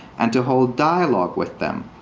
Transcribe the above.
and to hold dialogue with them.